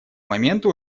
моменты